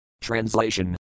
Translation